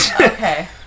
Okay